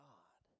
God